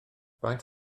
faint